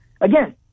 Again